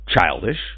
childish